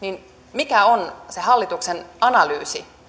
mikä on se hallituksen analyysi